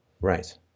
Right